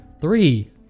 Three